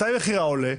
הרי מתי מחירה עולה?